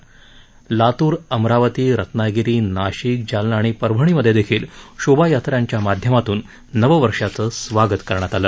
ब्लडाणा लात्र अमरावती रत्नागिरी नाशिक जालना आणि परभणीत देखील शोभायात्रांच्या माध्यमातून नववर्षाचं स्वागत करण्यात आलं